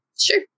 sure